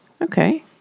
Okay